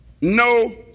no